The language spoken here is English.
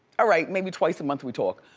ah right, maybe twice a month we talk,